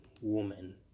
woman